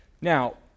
Now